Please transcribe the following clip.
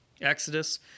Exodus